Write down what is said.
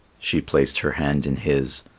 she placed her hand in his,